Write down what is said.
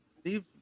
Steve